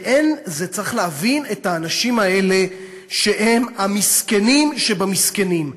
צריך להבין את האנשים האלה, שהם המסכנים שבמסכנים.